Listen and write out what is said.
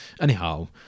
Anyhow